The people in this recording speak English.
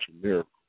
miracle